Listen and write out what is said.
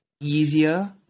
easier